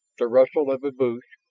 the rustle of a bush.